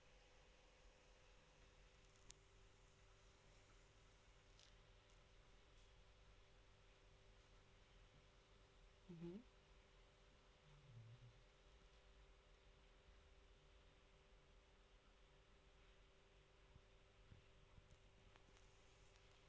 mmhmm